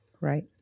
Right